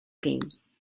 games